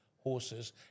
horses